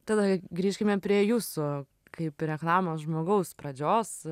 tada grįžkime prie jūsų kaip reklamos žmogaus pradžios